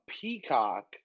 Peacock